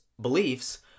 beliefs